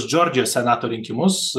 džordžijos senato rinkimus